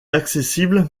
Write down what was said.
accessible